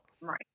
right